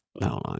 No